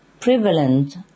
Prevalent